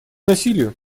насилию